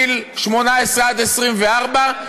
שמגיל 18 עד 24,